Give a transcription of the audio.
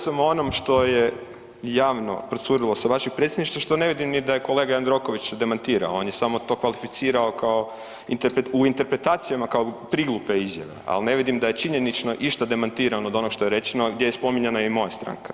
Znači govorio sam o onom što je javno procurilo sa vašeg Predsjedništva, što ne vidim ni da je kolega Jandroković demantirao, on je samo to kvalificirao kao u interpretacijama kao priglupe izjave, ali ne vidim da je činjenično išta demantirano od onog što je rečeno, a gdje je spominjana i moja stranka.